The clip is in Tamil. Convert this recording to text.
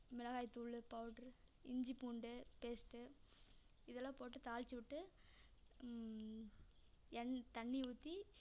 மிளகாய் தூள் பவுட்ரு இஞ்சி பூண்டு பேஸ்ட்டு இதெல்லாம் போட்டு தாளித்து விட்டு எண் தண்ணியை ஊற்றி